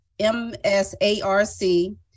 msarc